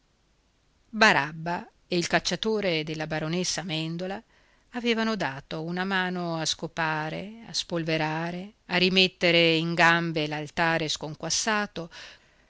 barabba e il cacciatore della baronessa mèndola avevano dato una mano a scopare a spolverare a rimettere in gambe l'altare sconquassato